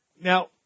now